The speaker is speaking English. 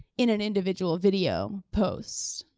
in an individual video post.